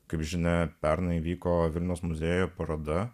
kaip žinia pernai vyko vilniaus muziejų paroda